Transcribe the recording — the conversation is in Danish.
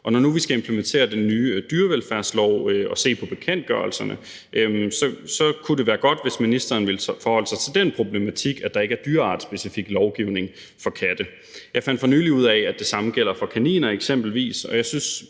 Og når nu vi skal implementere den nye dyrevelfærdslov og se på bekendtgørelserne, så kunne det være godt, hvis ministeren ville forholde sig til den problematik, at der ikke er dyreartsspecifik lovgivning for katte. Jeg fandt for nylig ud af, at det samme gælder for eksempelvis kaniner, og jeg synes